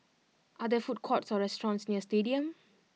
are there food courts or restaurants near Stadium